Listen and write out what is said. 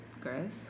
Gross